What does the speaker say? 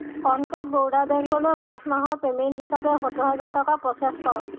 contact Baroda বেংকলৈ March মাহৰ payment হিচাপে সত্তৰ হাজাৰ টকা প্ৰ'চেছ কৰক